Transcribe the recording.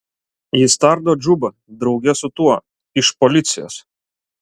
jis tardo džubą drauge su tuo iš policijos